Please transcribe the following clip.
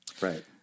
Right